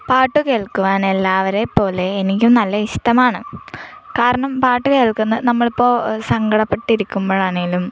പാട്ട് കേൾക്കുവാൻ എല്ലാവരെയും പോലെ എനിക്കും നല്ല ഇഷ്ടമാണ് കാരണം പാട്ട് കേൾക്കുന്നത് നമ്മളിപ്പോൾ സങ്കടപ്പെട്ട് ഇരിക്കുമ്പോഴാണേലും